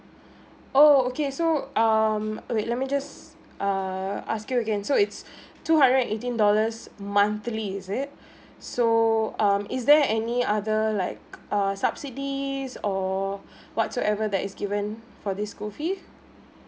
oh okay so um wait let me just err ask you again so it's two hundred and eighteen dollars monthly is it so um is there any other like a subsidies or whatsoever that is given for this school fee